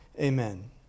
Amen